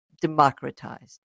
democratized